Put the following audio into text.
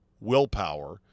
willpower